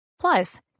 Plus